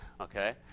Okay